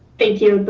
thank you,